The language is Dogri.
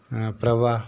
प्रभा